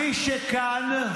מ׳ שכאן,